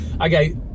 Okay